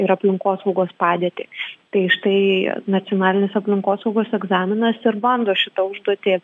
ir aplinkosaugos padėtį tai štai nacionalinis aplinkosaugos egzaminas ir bando šitą užduotį